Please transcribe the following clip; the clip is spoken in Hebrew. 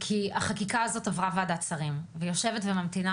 כי החקיקה הזאת עברה וועדת שרים והיא יושבת וממתינה